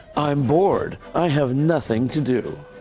i'm bored. i have nothing to do.